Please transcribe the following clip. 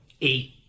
eight